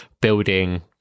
building